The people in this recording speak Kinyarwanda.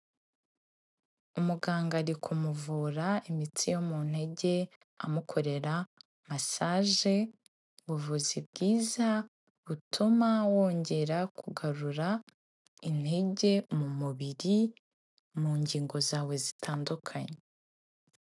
Umuganga ari kumuvura imitsi yo mu ntege amukorera massage, ubuvuzi bwiza butuma wongera kugarura intege mu mubiri, mu ngingo zawe zitandukanye.